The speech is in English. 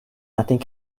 nothing